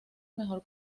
mejor